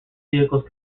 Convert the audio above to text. vehicles